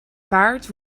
paard